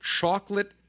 Chocolate